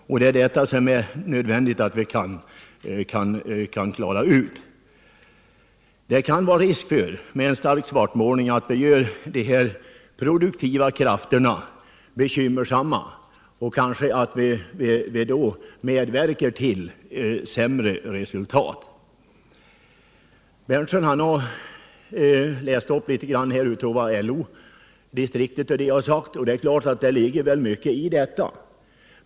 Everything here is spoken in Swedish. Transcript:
Och det är detta som är nödvändigt att klara ut. Det kan finnas risk för att en stark svartmålning gör att de produktiva krafterna blir bekymrade, vilket kanske medverkar till sämre resultat. Herr Berndtson har läst upp litet av vad LO-distriktet har sagt, och det är klart att det ligger mycket i detta.